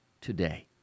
today